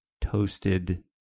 toasted